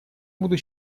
буду